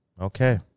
Okay